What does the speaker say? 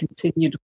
continued